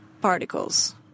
particles